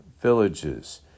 villages